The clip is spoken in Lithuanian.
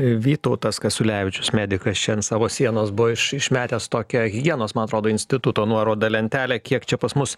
vytautas kasiulevičius medikas čia ant savo sienos buvo iš išmetęs tokią higienos man atrodo instituto nuorodą lentelę kiek čia pas mus